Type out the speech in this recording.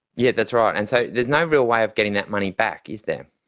yeah that's right. and so there's no real way of getting that money back, is there?